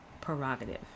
prerogative